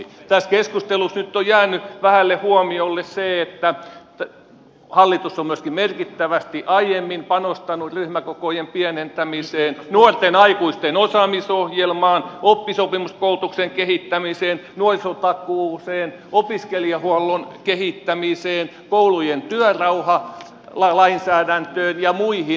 tässä keskustelussa nyt on jäänyt vähälle huomiolle se että hallitus on myöskin merkittävästi aiemmin panostanut ryhmäkokojen pienentämiseen nuorten aikuisten osaamisohjelmaan oppisopimuskoulutuksen kehittämiseen nuorisotakuuseen opis kelijahuollon kehittämiseen koulujen työrauhalainsäädäntöön ja muihin